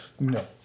No